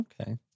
Okay